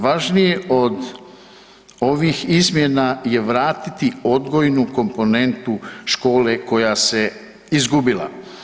Važnije od ovih izmjena je vratiti odgojnu komponentu škole koja se izgubila.